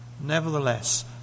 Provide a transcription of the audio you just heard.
Nevertheless